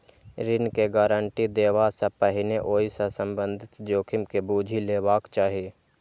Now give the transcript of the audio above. ऋण के गारंटी देबा सं पहिने ओइ सं संबंधित जोखिम के बूझि लेबाक चाही